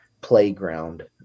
playground